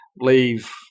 leave